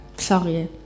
Sorry